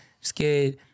scared